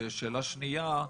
ושאלה שנייה,